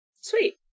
Sweet